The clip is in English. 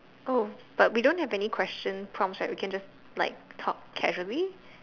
oh but we don't have any question prompts right we can just like talk casually